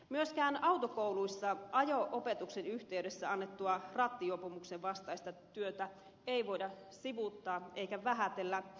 myöskään autokouluissa ajo opetuksen yhteydessä annettua rattijuopumuksen vastaista työtä ei voida sivuuttaa eikä vähätellä